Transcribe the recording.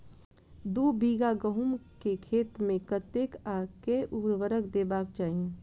दु बीघा गहूम केँ खेत मे कतेक आ केँ उर्वरक देबाक चाहि?